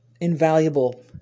Invaluable